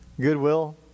goodwill